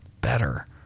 better